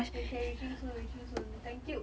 okay okay reaching soon reaching soon thank you